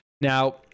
now